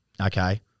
okay